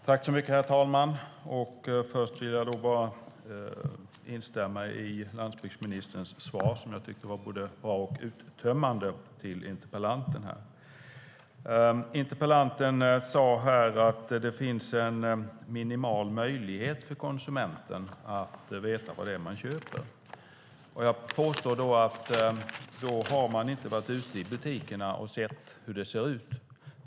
Herr talman! Först vill jag instämma i landsbygdsministern svar till interpellanten, som jag tyckte var både bra och uttömmande. Interpellanten sade här att det finns en minimal möjlighet för konsumenten att veta vad det är den köper. Jag påstår att man då inte har varit ute i butikerna och sett hur det ser ut.